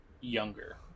younger